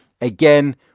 again